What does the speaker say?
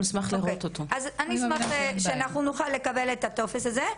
אני אשמח שאנחנו נוכל לקבל את הטופס הזה.